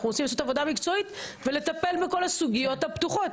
אנחנו רוצים לעשות עבודה מקצועית ולטפל בכל הסוגיות הפתוחות.